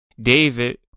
David